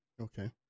Okay